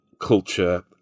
culture